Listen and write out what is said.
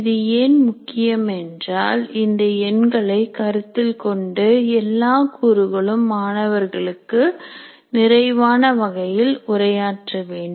இது ஏன் முக்கியம் என்றால் இந்த எண்களை கருத்தில் கொண்டு எல்லா கூறுகளும் மாணவர்களுக்கு நிறைவான வகையில் உரையாற்ற வேண்டும்